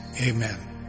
Amen